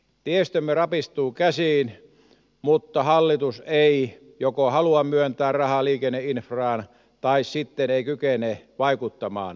tiestömme rapistuu käsiin mutta hallitus joko ei halua myöntää rahaa liikenneinfraan tai sitten ei kykene vaikuttamaan asiaan